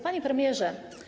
Panie Premierze!